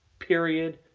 period.